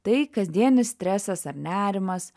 tai kasdienis stresas ar nerimas